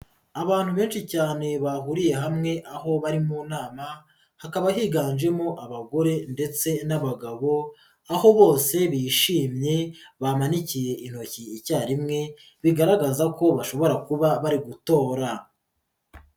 Abantu benshi cyane bahuriye hamwe aho bari mu nama hakaba higanjemo abagore ndetse n'abagabo, aho bose bishimye bamanikiye intoki icyarimwe bigaragaza ko bashobora kuba bari gutora.